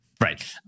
Right